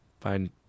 find